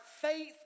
faith